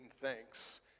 thanks